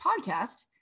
podcast